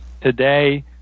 today